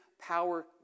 power